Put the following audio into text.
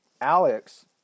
Alex